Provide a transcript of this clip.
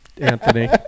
Anthony